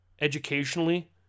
Educationally